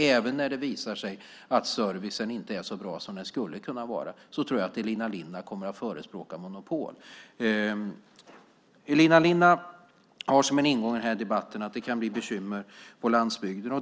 Även när det visar sig att servicen inte är så bra som den skulle kunna vara tror jag att Elina Linna kommer att förespråka monopol. Elina Linna har som en ingång i den här debatten att det kan bli bekymmer på landsbygden.